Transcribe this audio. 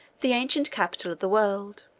the ancient capital of the world.